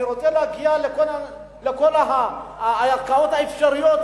אני רוצה להגיע לכל הערכאות האפשריות,